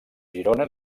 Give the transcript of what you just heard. girona